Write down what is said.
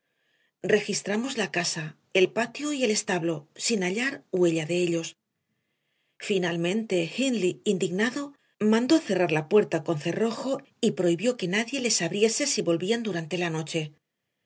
registramos la casa el patio y el establo sin hallar huella de ellos finalmente hindley indignado mandó cerrar la puerta con cerrojo y prohibió que nadie les abriese si volvían durante la noche